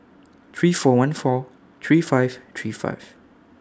three four one four three five three five